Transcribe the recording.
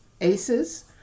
Aces